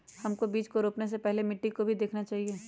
हमको बीज को रोपने से पहले मिट्टी को भी देखना चाहिए?